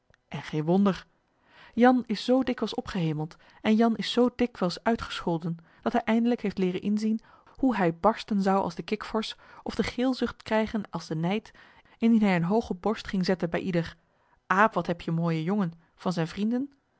en geen wonder jan is zoo dikwijls opgehemeld en jan is zoo dikwijls uitgescholden dat hij eindelijk heeft leeren inzien hoe hij barsten zou als de kikvorsch of de geelzucht krijgen als de nijd indien hij eene hooge borst ging zetten bij ieder aap wat heb je mooije jongen van zijne vrienden